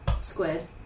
squid